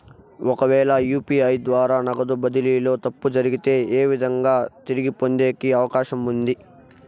ఒకవేల యు.పి.ఐ ద్వారా నగదు బదిలీలో తప్పు జరిగితే, ఏ విధంగా తిరిగి పొందేకి అవకాశం ఉంది?